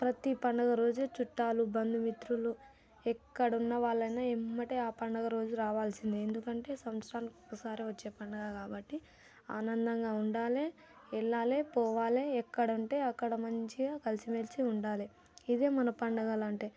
ప్రతి పండుగ రోజు చుట్టాలు బంధు మిత్రులు ఎక్కడ ఉన్నవాళ్ళైనా వెంటనే ఆ పండుగ రోజు రావాల్సిందే ఎందుకంటే సంత్సరానికి ఒకసారి వచ్చే పండుగ కాబట్టి ఆనందంగా ఉండాలే వెళ్ళా లే పోవాలే ఎక్కడంటే అక్కడ మంచిగా కలిసిమెలిసి ఉండాలే ఇదీ మన పండుగలంటే